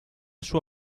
sua